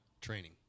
training